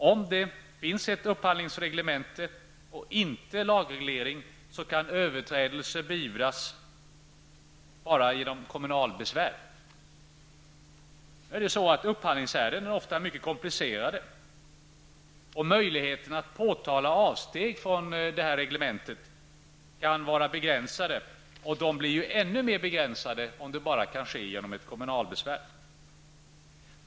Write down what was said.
Om det finns ett upphandlingsreglemente och inte lagreglering kan överträdelser beivras bara genom kommunalbesvär. Upphandlingsärenden är ofta mycket komplicerade, och möjligheterna att påtala avsteg från reglementet kan vara begränsade. De blir ännu mer begränsade, om det kan ske bara genom kommunalbesvär.